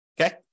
Okay